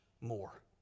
more